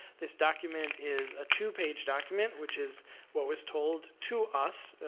this document is a two-page document, which is what was told to us,